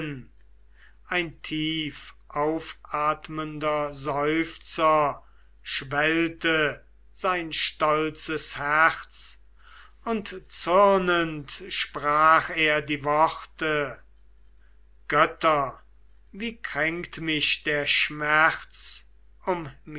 ein tiefaufatmender seufzer schwellte sein stolzes herz und zürnend sprach er die worte götter wie kränkt mich der schmerz um